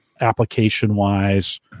application-wise